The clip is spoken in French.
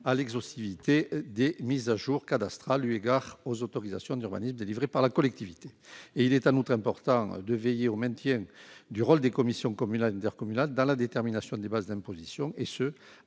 à l'exhaustivité des mises à jour cadastrales eu égard aux autorisations d'urbanisme délivrées par la collectivité. En outre, il est important de veiller au maintien du rôle des commissions communales et intercommunales dans la détermination des bases d'imposition, et ce